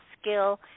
skill